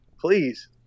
Please